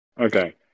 Okay